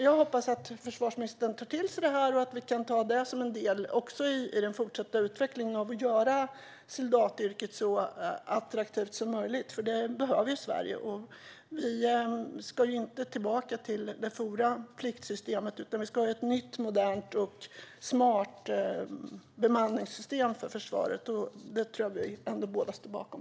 Jag hoppas att försvarsministern tar till sig detta och att vi kan ta det som en del i den fortsatta utvecklingen och göra soldatyrket så attraktivt som möjligt. Det behöver Sverige. Vi ska inte tillbaka till det forna pliktsystemet, utan vi ska ha ett nytt, modernt och smart bemanningssystem för försvaret. Detta tror jag att vi båda står bakom.